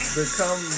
become